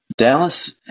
Dallas